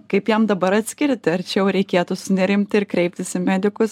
kaip jam dabar atskirti ar čia jau reikėtų sunerimti ir kreiptis į medikus